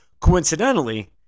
Coincidentally